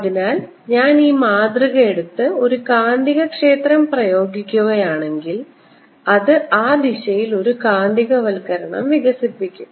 അതിനാൽ ഞാൻ ഈ മാതൃക എടുത്ത് ഒരു കാന്തികക്ഷേത്രം പ്രയോഗിക്കുകയാണെങ്കിൽ അത് ആ ദിശയിൽ ഒരു കാന്തികവൽക്കരണം വികസിപ്പിക്കും